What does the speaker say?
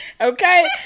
Okay